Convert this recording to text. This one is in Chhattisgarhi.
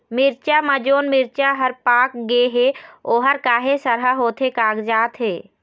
मिरचा म जोन मिरचा हर पाक गे हे ओहर काहे सरहा होथे कागजात हे?